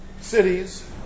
cities